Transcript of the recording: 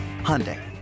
Hyundai